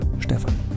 Stefan